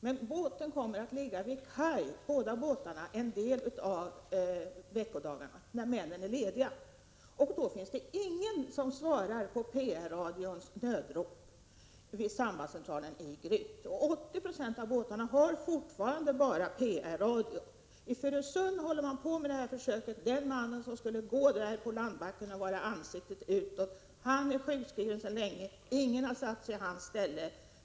Men båten kommer att ligga vid kaj en del av veckodagarna, när männen är lediga, och då finns det ingen som svarar på PR-radions nödrop vid sambandscentralen i Gryt. 80 20 av båtarna har fortfarande bara privatradio. I Furusund pågår motsvarande försök. Den man som skulle gå där på landbacken och vara ansiktet utåt är sedan länge sjukskriven, och ingen har satts i hans ställe.